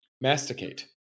masticate